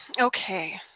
Okay